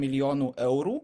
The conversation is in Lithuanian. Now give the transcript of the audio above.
milijonų eurų